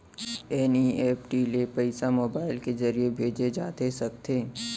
NEFT ले पइसा mobile के ज़रिए भेजे जाथे सकथे?